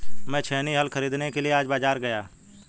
मैं छेनी हल खरीदने के लिए आज बाजार गया